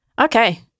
Okay